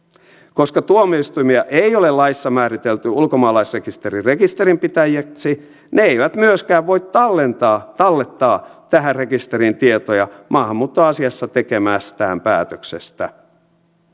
koska tuomioistuimia ei ole laissa määritelty ulkomaalaisrekisterin rekisterinpitäjäksi ne eivät myöskään voi tallettaa tallettaa tähän rekisteriin tietoja maahanmuuttoasiassa tekemästään päätöksestä